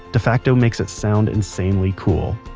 defacto makes it sound insanely cool.